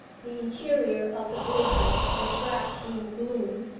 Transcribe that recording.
the interior of the brewhouse was wrapped in gloom,